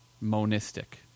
monistic